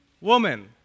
woman